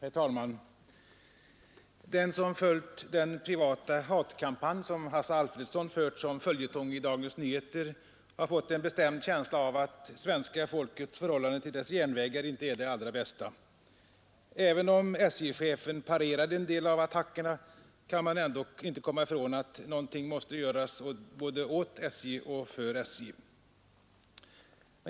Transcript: Herr talman! Den som följt den ”privata hatkampanj” som Hasse Alfredson fört som följetong i Dagens Nyheter har fått en bestämd känsla av att svenska folkets förhållande till sina järnvägar inte är det allra bästa. Även om SJ-chefen parerade en del av attackerna kan man inte komma ifrån att någonting måste göras åt SJ och för SJ.